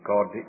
God